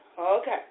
Okay